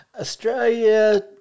Australia